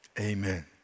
Amen